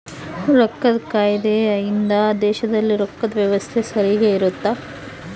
ರೊಕ್ಕದ್ ಕಾಯ್ದೆ ಇಂದ ದೇಶದಲ್ಲಿ ರೊಕ್ಕದ್ ವ್ಯವಸ್ತೆ ಸರಿಗ ಇರುತ್ತ